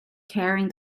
carrying